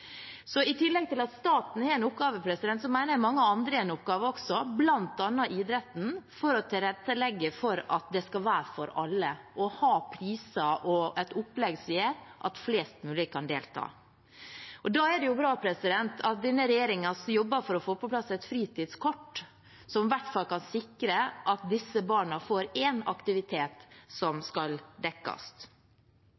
Så i tillegg til at staten har en oppgave, mener jeg mange andre også har en oppgave, bl.a. idretten, med å tilrettelegge for at det skal være for alle, og ha priser og et opplegg som gjør at flest mulig kan delta. Da er det bra at denne regjeringen jobber for å få på plass et fritidskort som kan sikre at disse barna får i hvert fall én aktivitet som